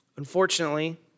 Unfortunately